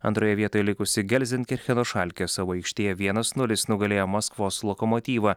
antroje vietoje likusi gelzinkircheno šalki savo aikštėje vienas nulis nugalėjo maskvos lokomotyvą